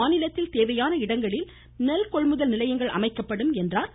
மாநிலத்தில் தேவையான இடங்களில் நெல்கொள்முதல் நிலையங்கள் அமைக்கப்படும் என்றார்